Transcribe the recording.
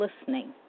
listening